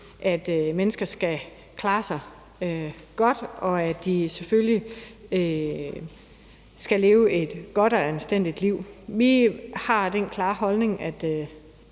at mennesker skal klare sig godt, og at de selvfølgelig skal leve et godt og anstændigt liv. Vi har den klare holdning, at